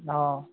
অঁ